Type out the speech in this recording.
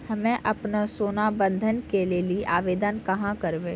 हम्मे आपनौ सोना बंधन के लेली आवेदन कहाँ करवै?